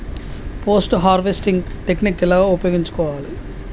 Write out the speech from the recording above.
Post harvesting technique ఎలా ఉపయోగించుకోవాలి?